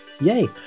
Yay